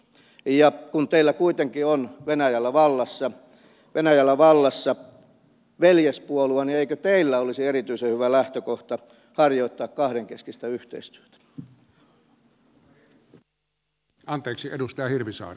ja kun teillä kuitenkin on venäjällä vallassa veljespuolue niin eikö teillä olisi erityisen hyvä lähtökohta harjoittaa kahdenkeskistä yhteistyötä